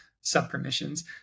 sub-permissions